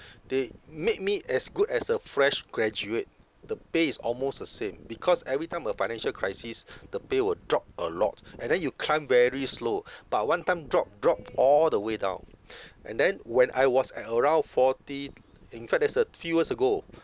they make me as good as a fresh graduate the pay is almost the same because every time a financial crisis the pay will drop a lot and then you climb very slow but one time drop drop all the way down and then when I was at around forty in fact that's uh few years ago